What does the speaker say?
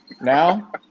Now